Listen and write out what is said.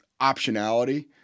optionality